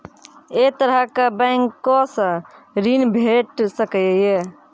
ऐ तरहक बैंकोसऽ ॠण भेट सकै ये?